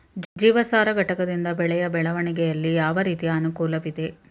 ಜೀವಸಾರ ಘಟಕದಿಂದ ಬೆಳೆಯ ಬೆಳವಣಿಗೆಯಲ್ಲಿ ಯಾವ ರೀತಿಯ ಅನುಕೂಲವಿದೆ?